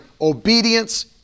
obedience